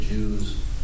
Jews—